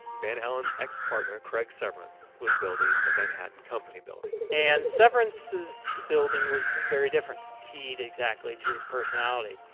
van alen's ex-partner craig severance was building the manhattan company building. and severance's building was very different. keyed exactly to his personality,